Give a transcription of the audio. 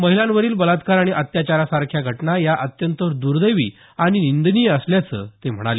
महिलांवरील बलात्कार आणि अत्याचारासारख्या घटना या अत्यंत दर्दैवी आणि निंदनीय असल्याचं ते म्हणाले